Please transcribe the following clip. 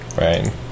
Right